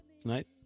tonight